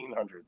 1800s